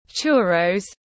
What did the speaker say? churros